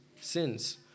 sins